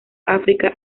áfrica